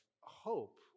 hope